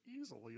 easily